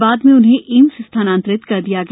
बाद में उन्हें एम्स स्थानांतरित कर दिया गया